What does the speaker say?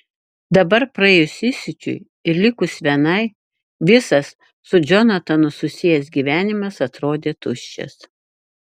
dabar praėjus įsiūčiui ir likus vienai visas su džonatanu susijęs gyvenimas atrodė tuščias